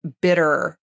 bitter